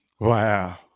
Wow